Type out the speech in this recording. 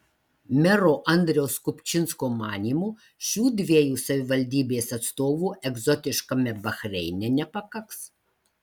mero andriaus kupčinsko manymu šių dviejų savivaldybės atstovų egzotiškame bahreine nepakaks